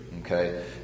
okay